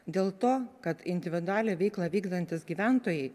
dėl to kad individualią veiklą vykdantys gyventojai